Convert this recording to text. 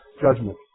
judgment